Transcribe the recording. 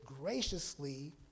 graciously